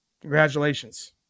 Congratulations